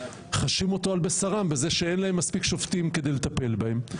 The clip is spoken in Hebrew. חשים אותו על בשרם בזה שאין להם מספיק שופטים כדי לטפל בהם.